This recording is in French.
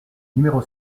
numéro